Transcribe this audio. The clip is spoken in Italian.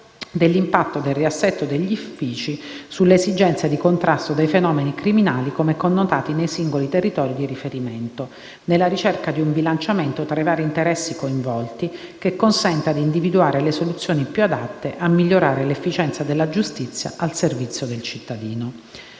dell'impatto del riassetto degli uffici sulle esigenze di contrasto dei fenomeni criminali come connotati nei singoli territori di riferimento, nella ricerca di un bilanciamento tra i vari interessi coinvolti che consenta di individuare le soluzioni più adatte a migliorare l'efficienza della giustizia al servizio del cittadino.